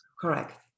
correct